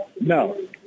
No